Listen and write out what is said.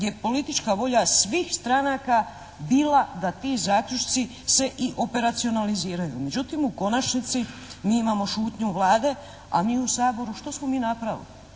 je politička volja svih stranaka bila da ti zaključci se i operacionaliziraju. Međutim, u konačnici mi imamo šutnju Vlade a mi u Saboru, što smo mi napravili?